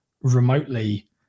remotely